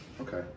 Okay